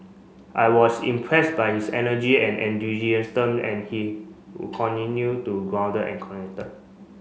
I was impressed by his energy and enthusiasm and he continue to grounded and connected